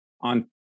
on